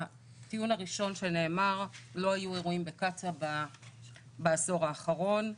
הטיעון הראשון שנאמר: לא היו אירועים בקצא"א בעשור האחרון.